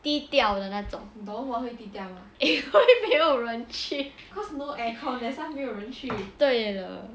低调的那种因为没有人去对了